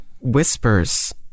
whispers